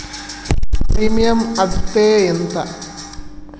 Premium అత్తే ఎంత?